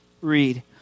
Read